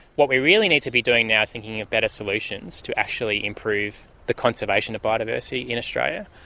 what we really need to be doing now is thinking of better solutions to actually improve the conservation of biodiversity in australia.